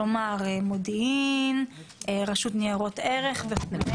כלומר מודיעין, הרשות לניירות ערך, וכו'